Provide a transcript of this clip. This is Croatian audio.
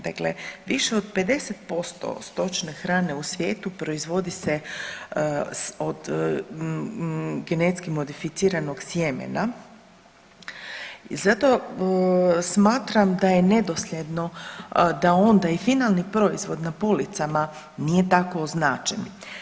Dakle, više od 50% od stočne hrane u svijetu proizvodi se od genetski modificiranog sjemena i zato smatram da je nedosljedno da onda i finalni proizvod na policama nije tako označen.